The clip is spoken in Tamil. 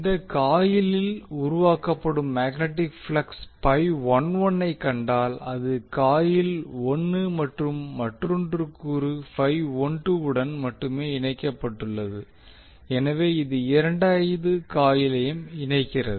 இந்த காயிலில் உருவாக்கப்படும் மேக்னெட்டிக் ப்ளக்ஸ் ஐக் கண்டால் இது காயில் 1 மற்றும் மற்றொரு கூறு உடன் மட்டுமே இணைக்கப்பட்டுள்ளது இது இரண்டாவது காயிலையும் இணைக்கிறது